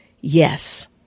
yes